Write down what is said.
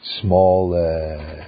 small